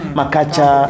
makacha